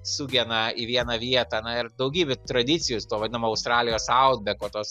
sugena į vieną vietą na ir daugybė tradicijus to vadinamo australijos autbeko tos